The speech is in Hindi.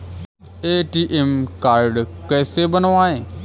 ए.टी.एम कार्ड कैसे बनवाएँ?